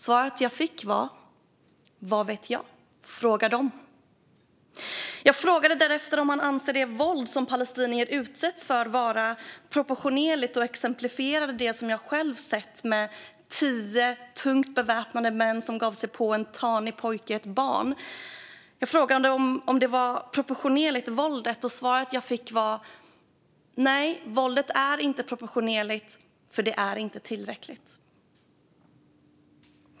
Svaret jag fick var: Vad vet jag? Fråga dem! Jag frågade därefter om han anser det våld som palestinier utsätts för vara proportionerligt, och jag exemplifierade med det jag själv sett, nämligen hur tio tungt beväpnade män gav sig på en tanig pojke, ett barn. Svaret jag fick var: Nej, våldet är inte proportionerligt, för det är inte tillräckligt.